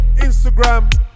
Instagram